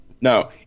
No